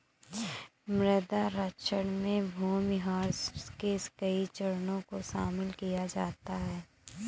मृदा क्षरण में भूमिह्रास के कई चरणों को शामिल किया जाता है